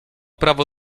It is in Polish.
prawo